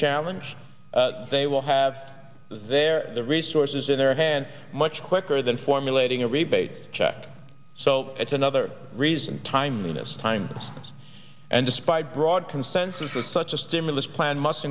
challenge they will have their resources in their hands much quicker than formulating a rebate check so that's another reason timeliness times and despite broad consensus is such a stimulus plan must